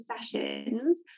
sessions